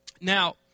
Now